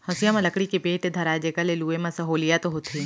हँसिया म लकड़ी के बेंट धराथें जेकर ले लुए म सहोंलियत होथे